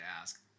ask